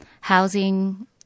housing